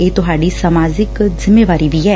ਇਹ ਤੁਹਾਡੀ ਸਮਾਜਿਕ ਜਿੰਮੇਵਾਰੀ ਵੀ ਏ